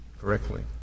correctly